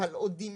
אבל עוד עם